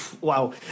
wow